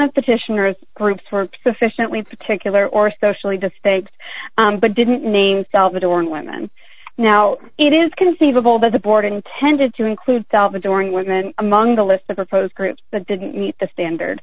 of the titian or groups were sufficiently particular or socially distinct but didn't name salvadoran women now it is conceivable that the board intended to include self adoring women among the list of proposed groups but didn't meet the standard